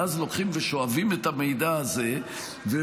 ואז לוקחים ושואבים את המידע הזה והוא